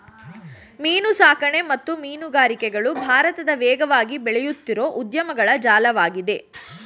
ಮೀನುಸಾಕಣೆ ಮತ್ತು ಮೀನುಗಾರಿಕೆಗಳು ಭಾರತದ ವೇಗವಾಗಿ ಬೆಳೆಯುತ್ತಿರೋ ಉದ್ಯಮಗಳ ಜಾಲ್ವಾಗಿದೆ